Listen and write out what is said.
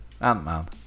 Ant-Man